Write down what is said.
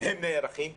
והאם נערכים אליו.